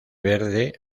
verde